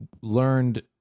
learned